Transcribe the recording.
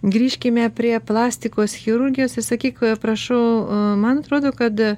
grįžkime prie plastikos chirurgijos ir sakyk prašau man atrodo kad